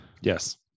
Yes